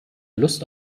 lust